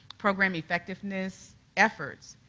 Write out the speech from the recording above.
program effectiveness efforts,